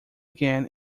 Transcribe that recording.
again